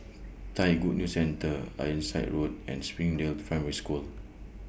Thai Good News Centre Ironside Road and Springdale Primary School